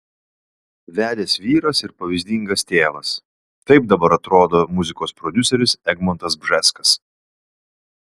vedęs vyras ir pavyzdingas tėvas taip dabar atrodo muzikos prodiuseris egmontas bžeskas